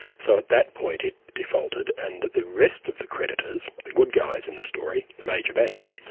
so at that point it defaulted, and the rest of the creditors, the good guys in the story, the major banks,